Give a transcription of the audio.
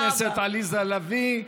תודה לחברת הכנסת עליזה לביא.